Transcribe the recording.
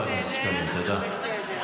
תודה, חבר הכנסת שקלים.